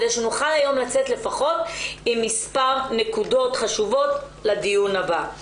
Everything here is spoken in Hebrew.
כדי שנוכל היום לצאת לפחות עם מספר נקודות חשובות לדיון הבא.